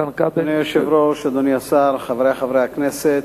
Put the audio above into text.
אדוני היושב-ראש, אדוני השר, חברי חברי הכנסת,